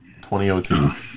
2002